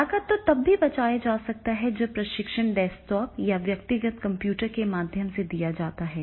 लागत को तब भी बचाया जा सकता है जब प्रशिक्षण डेस्कटॉप और व्यक्तिगत कंप्यूटर के माध्यम से दिया जाता है